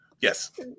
Yes